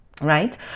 Right